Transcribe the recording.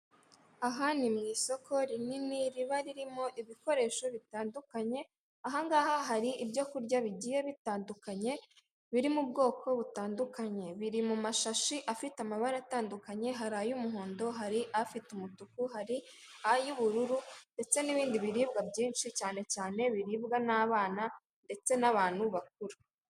Aha ni mu isoko rinini riba ririmo ibikoresho bitandukanye, aha ngaha hari ibyo kurya bigiye bitandukanye biri mu ubwoko butandukanye, biri mu mashashi afite amabara atandukanye hari ay'umuhondo, hari afite umutuku, hari ay'ubururu ndetse n'ibindi biribwa byinshi cyane cyane biribwa n'abana ndetse n'abantu bakuru.